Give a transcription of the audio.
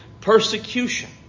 persecution